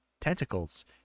tentacles